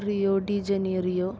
Rio de Janeiro